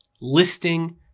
listing